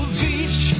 beach